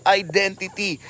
identity